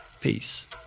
Peace